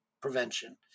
prevention